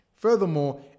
Furthermore